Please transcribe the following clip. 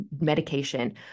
medication